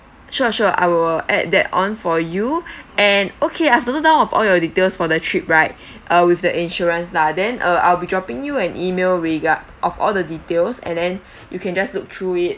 sure sure I will add that on for you and okay I've noted down of all your details for the trip right uh with the insurance lah then uh I'll be dropping you an email regar~ of all the details and then you can just look through it